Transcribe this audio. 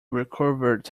recovered